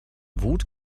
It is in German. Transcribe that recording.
wut